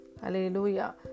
Hallelujah